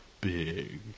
big